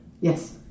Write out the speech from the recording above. Yes